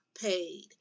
paid